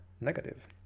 negative